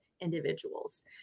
individuals